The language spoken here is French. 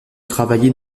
travailler